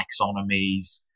taxonomies